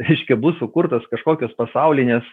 reiškia bus sukurtos kažkokios pasaulinės